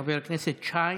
חבר הכנסת שַׁיין.